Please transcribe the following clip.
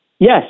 Yes